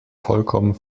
vollkommen